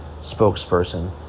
spokesperson